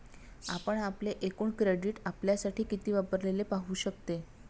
आपण आपले एकूण क्रेडिट आपल्यासाठी किती वापरलेले पाहू शकते